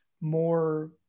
more